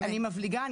אני מבליגה.